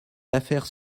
affaires